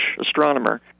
astronomer